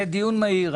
זה דיון מהיר.